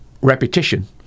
repetition